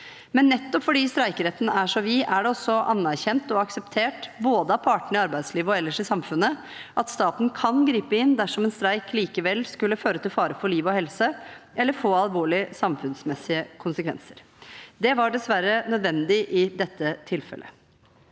Men nettopp fordi streikeretten er så vid, er det også anerkjent og akseptert både av partene i arbeidslivet og ellers i samfunnet at staten kan gripe inn dersom en streik likevel skulle føre til fare for liv og helse eller få alvorlige samfunnsmessige konsekvenser. Det var dessverre nødvendig i dette tilfellet.